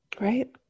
Right